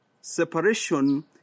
separation